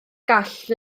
gall